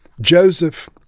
Joseph